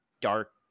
dark